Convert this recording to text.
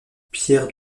pierre